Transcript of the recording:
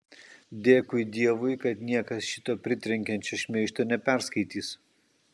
dėkui dievui kad niekas šito pritrenkiančio šmeižto neperskaitys